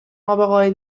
نابغههای